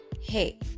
Hey